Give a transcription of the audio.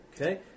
Okay